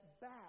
back